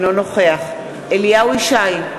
אינו נוכח אליהו ישי,